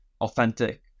authentic